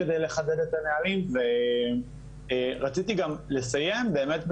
כדי לחדד את הנהלים ורציתי גם לסיים באמת,